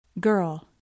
Girl